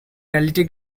reality